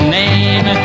name